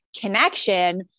connection